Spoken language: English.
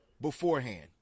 beforehand